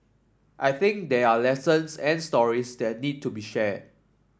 I think there are lessons and stories that need to be shared